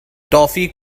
toffee